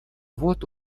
вот